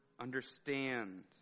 understand